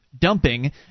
dumping